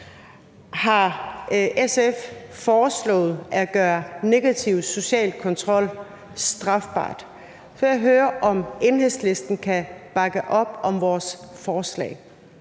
har SF foreslået at gøre negativ social kontrol strafbart. Jeg vil høre, om Enhedslisten kan bakke op om vores forslag.